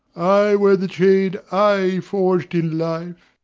i wear the chain i forged in life,